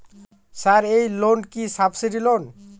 Sir এই loan কি subsidy loan?